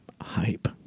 hype